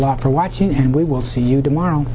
lot for watching and we will see you tomorrow